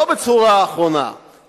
לא בצורה האחרונה,